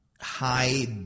high